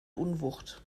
unwucht